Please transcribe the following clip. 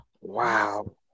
Wow